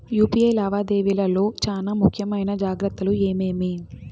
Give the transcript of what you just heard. UPI లావాదేవీల లో చానా ముఖ్యమైన జాగ్రత్తలు ఏమేమి?